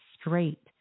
straight